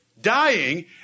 dying